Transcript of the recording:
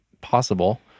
possible